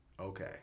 Okay